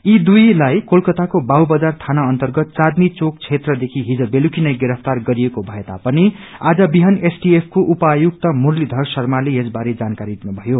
यी दुइलाई कोलकातको बउबजार थाना अर्न्तगत चान्दनी चौक क्षेत्रदेखि हिज बुलुकी नै गिरफ्तार गरिएको भएतापनि आज बिहान एसटिएफ को उपायुक्त मुरलीघर शर्माले यसबारे ाजानकारी दिनुभयो